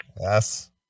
yes